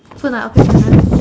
food lah okay can done